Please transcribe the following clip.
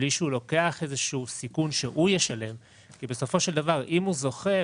בלי שהוא לוקח איזשהו סיכון שהוא ישלם אם הוא זוכה,